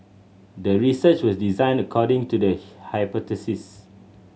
the research was designed according to the hypothesis